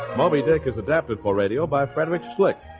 moby dick is adapted for radio by frederick's lick